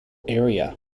area